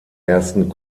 ersten